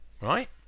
right